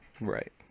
Right